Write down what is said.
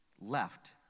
left